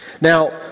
Now